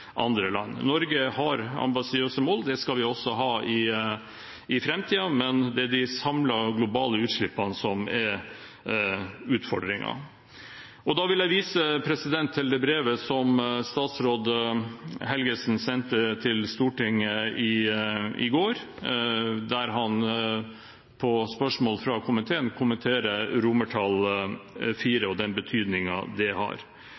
andre land. Norge har ambisiøse mål, og det skal vi også ha i framtiden. Men det er de samlede globale utslippene som er utfordringen. Da vil jeg vise til det brevet som statsråd Helgesen sendte til Stortinget i går, der han på spørsmål fra komiteen kommenterer IV og den betydningen det har.